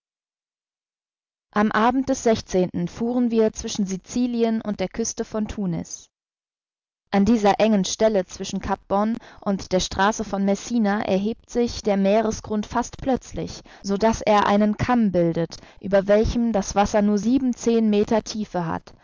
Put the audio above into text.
am abend des fuhren wir zwischen sicilien und der küste von tunis an dieser engen stelle zwischen cap bon und der straße vonmessina erhebt sich der meeresgrund fast plötzlich so daß er einen kamm bildet über welchem das wasser nur sieben zehn meter tiefe hat